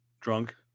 drunk